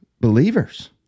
believers